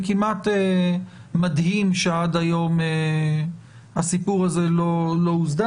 זה כמעט מדהים שעד היום הסיפור הזה לא הוסדר